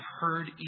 heard